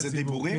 זה דיבורים,